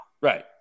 right